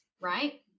right